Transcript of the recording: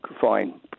fine